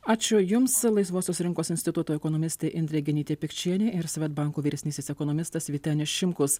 ačiū jums laisvosios rinkos instituto ekonomistė indrė genytė pikčienė ir svedbanko vyresnysis ekonomistas vytenis šimkus